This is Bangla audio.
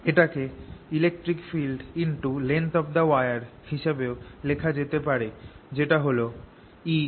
এটাকে electric field× হিসেবেও লেখা যেতে পারে যেটা হল E2πr